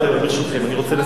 ברשותכם, אני רוצה לסיים.